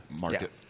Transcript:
market